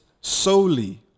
solely